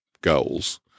goals